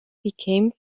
became